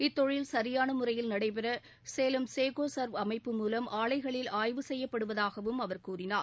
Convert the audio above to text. இத்தொழில் சரியான முறையில் நடைபெற சேலம் சேகோ சர்வ் அமைப்பு மூலம் ஆலைகளில் ஆய்வு செய்யப்படுவதாகவும் அவர் கூறினார்